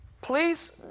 Please